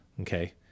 okay